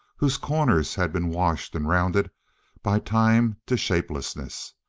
whose corners had been washed and rounded by time to shapelessness.